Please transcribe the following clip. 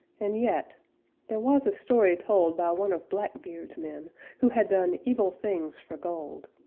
and yet there was a story told by one of black beard's men who had done evil things for gold,